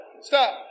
stop